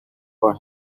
for